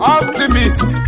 Optimist